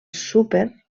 súper